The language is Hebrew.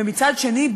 ומצד שני,